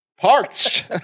parched